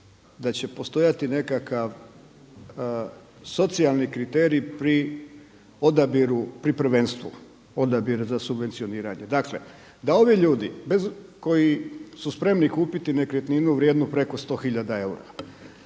da će postojati nekakav socijalni kriterij pri odabiru, pri prvenstvu, odabir za subvencioniranje. Dakle, da ovi ljudi koji su spremni kupiti nekretninu vrijednu preko 100 hiljada